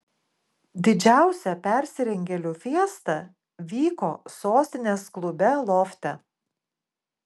didžiausia persirengėlių fiesta vyko sostinės klube lofte